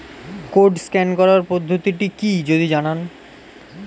Code scan করার পদ্ধতিটি কি যদি জানান?